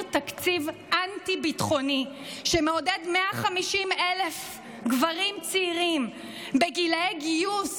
תקציב אנטי-ביטחוני שמעודד 150,000 גברים צעירים בגילאי גיוס